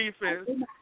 defense